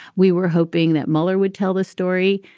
we were hoping that mueller would tell the story.